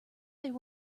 there